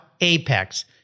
Apex